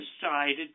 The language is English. decided